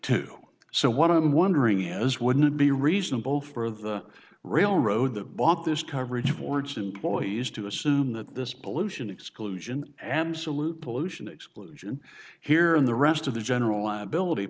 too so what i'm wondering is wouldn't it be reasonable for the railroad that bought this coverage for its employees to assume that this pollution exclusion absolute pollution exclusion here in the rest of the general liability